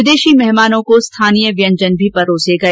विदेशी मेहमानों को स्थानीय व्यंजन परोसे गए